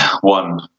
one